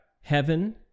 heaven